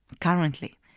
Currently